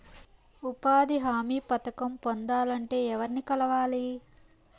ఉపాధి హామీ పథకం పొందాలంటే ఎవర్ని కలవాలి?